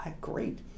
great